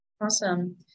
Awesome